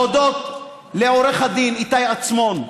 להודות לעו"ד איתי עצמון.